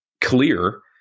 clear